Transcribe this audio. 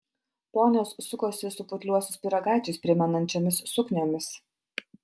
ponios sukosi su putliuosius pyragaičius primenančiomis sukniomis